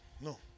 no